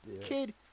Kid